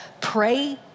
Pray